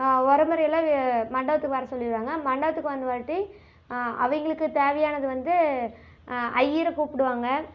உறமொறையெல்லாம் மண்டபத்துக்கு வர சொல்லிவிடுவாங்க மண்டபத்துக்கு வந்தவாட்டி அவங்களுக்கு தேவையானது வந்து ஐயர கூப்பிடுவாங்க